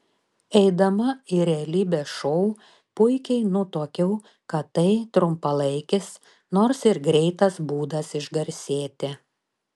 eidama į realybės šou puikiai nutuokiau kad tai trumpalaikis nors ir greitas būdas išgarsėti